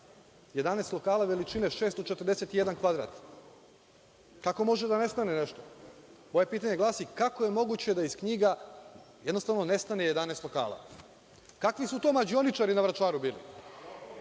lokala veličine 641 kvadrat. Kako može da nestane nešto? Moje pitanje glasi – kako je moguće da iz knjiga jednostavno nestane 11 lokala? Kakvi su to mađioničari na Vračaru bili?